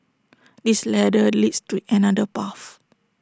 this ladder leads to another path